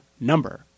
number